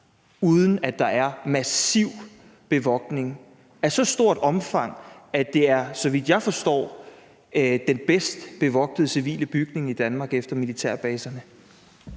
uden at der er massiv bevogtning af så stort et omfang, at det er, så vidt jeg forstår, den bedst bevogtede civile bygning i Danmark efter militærbaserne?